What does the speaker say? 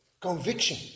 conviction